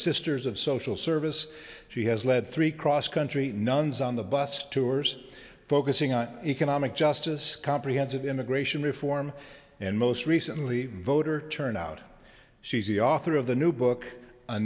sisters of social service she has led three cross country nuns on the bus tours focusing on economic justice comprehensive immigration reform and most recently in voter turnout she's the author of the new book a